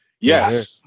Yes